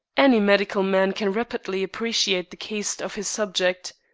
any medical man can rapidly appreciate the caste of his subject.